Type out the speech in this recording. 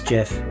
Jeff